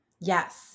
Yes